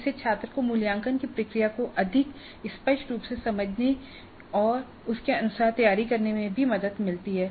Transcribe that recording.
इससे छात्र को मूल्यांकन की प्रक्रिया को अधिक स्पष्ट रूप से समझने और उसके अनुसार तैयारी करने में भी मदद मिलेगी